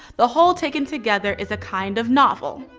the whole taken together is a kind of novel.